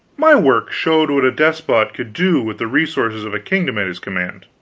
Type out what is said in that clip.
my works showed what a despot could do with the resources of a kingdom at his command.